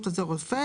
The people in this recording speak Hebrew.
הבריאות עוזר רופא.